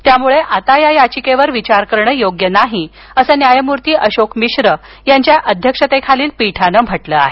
त्यामुळे आता या याचिकेवर विचार करणं योग्य नाही अस न्यायमूर्ती अशोक मिश्र यांच्या अध्यक्षतेखालील पीठानं म्हटलं आहे